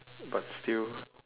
but still